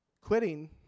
quitting